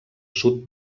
sud